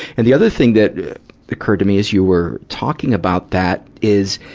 and the other thing that occurred to me as you were talking about that is,